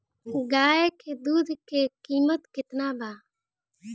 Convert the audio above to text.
गाय के दूध के कीमत केतना बा?